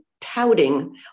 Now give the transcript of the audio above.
touting